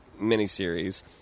miniseries